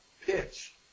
pitch